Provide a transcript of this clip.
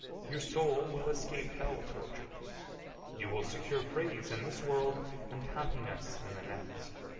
your soul will escape hell tortures you will secure praise in this world and happiness in the next.